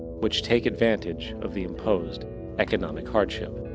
which take advantage of the imposed economic hardship.